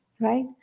right